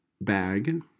bag